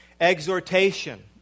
exhortation